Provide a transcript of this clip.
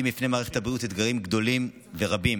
בפני מערכת הבריאות אתגרים גדולים ורבים.